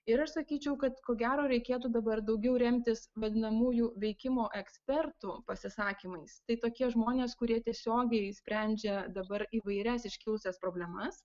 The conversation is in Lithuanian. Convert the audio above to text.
ir aš sakyčiau kad ko gero reikėtų dabar daugiau remtis vadinamųjų veikimo ekspertų pasisakymais tai tokie žmonės kurie tiesiogiai sprendžia dabar įvairias iškilusias problemas